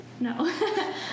No